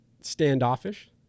standoffish